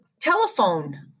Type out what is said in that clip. telephone